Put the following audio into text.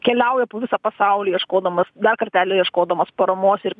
keliauja po visą pasaulį ieškodamas dar kartelį ieškodamas paramos ir